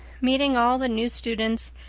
meeting all the new students,